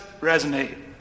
resonate